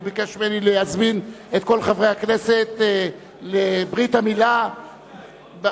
הוא ביקש ממני להזמין את כל חברי הכנסת לברית המילה ביישוב,